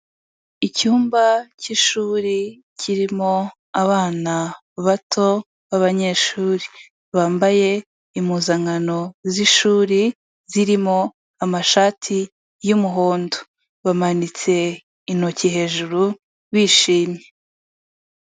Icyumba cy'ishuri kirimo abana bato b'abanyeshuri bambaye impuzankano z'ishuri zirimo amashati y'umuhondo bamanitse intoki hejuru bishimye.